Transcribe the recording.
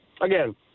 Again